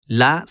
la